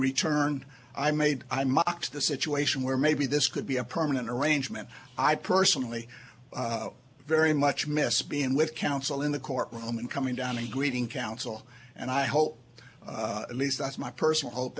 return i made the situation where maybe this could be a permanent arrangement i personally very much miss being with council in the court room and coming down and greeting counsel and i hope at least that's my personal hope